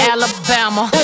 Alabama